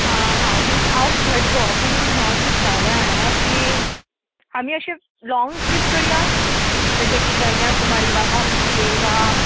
हां हांव कितें हांव घट गो पूण हांव चित्ताले जाणां की आमी अशें लोंग ट्रीप करया जशे की कन्या कुमारी वा हम्पी वा